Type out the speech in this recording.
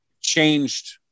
changed